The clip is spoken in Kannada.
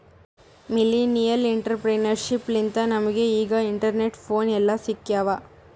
ಮಿಲ್ಲೆನಿಯಲ್ ಇಂಟರಪ್ರೆನರ್ಶಿಪ್ ಲಿಂತೆ ನಮುಗ ಈಗ ಇಂಟರ್ನೆಟ್, ಫೋನ್ ಎಲ್ಲಾ ಸಿಕ್ಯಾವ್